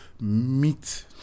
meet